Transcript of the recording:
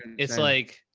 it's like,